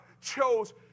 chose